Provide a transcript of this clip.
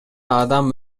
адам